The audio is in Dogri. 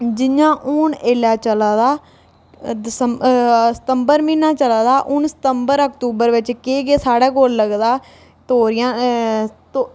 जि'यां हून ऐल्लै चलै दा दिसंबर सितंबर म्हीना चला दा हून सितंबर अक्तूबर बिच केह् केह् साढ़े कोल लगदा तोरियां तो